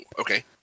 okay